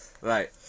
Right